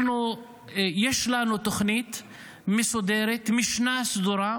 יש לנו תוכנית מסודרת, משנה סדורה,